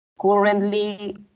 Currently